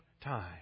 time